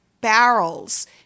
barrels